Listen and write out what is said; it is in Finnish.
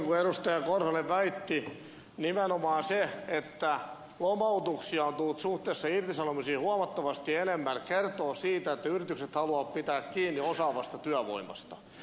martti korhonen väitti nimenomaan se että lomautuksia on tullut suhteessa irtisanomisiin huomattavasti enemmän kertoo siitä että yritykset haluavat pitää kiinni osaavasta työvoimasta